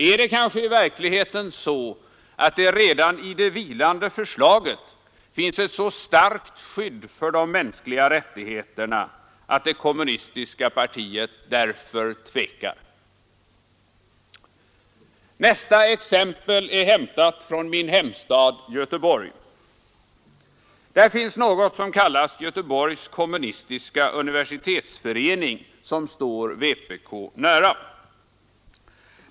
Är det kanske i verkligheten så att det redan i det vilande förslaget finns ett så starkt skydd för de mänskliga rättigheterna att det kommunistiska partiet därför tvekar? Nästa exempel är hämtat från min hemstad Göteborg. Där finns något som kallas Göteborgs kommunistiska universitetsförening, som står vpk nära.